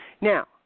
Now